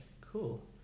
cool